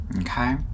okay